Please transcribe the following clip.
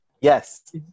Yes